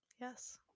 yes